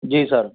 ਜੀ ਸਰ